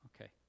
Okay